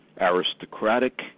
aristocratic